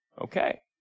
Okay